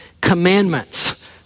commandments